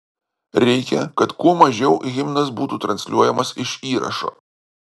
reikia kad kuo mažiau himnas būtų transliuojamas iš įrašo